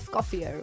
Coffee